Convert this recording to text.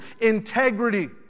integrity